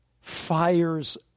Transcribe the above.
fires